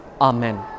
Amen